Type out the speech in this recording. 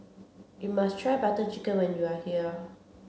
you must try Butter Chicken when you are here